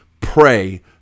Pray